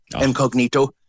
incognito